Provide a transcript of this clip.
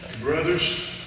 brothers